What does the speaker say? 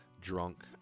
drunk